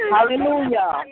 Hallelujah